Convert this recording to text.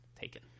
taken